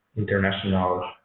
international